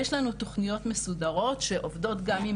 יש לנו תוכניות מסודרות שעובדות גם עם